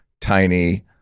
tiny